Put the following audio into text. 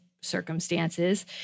circumstances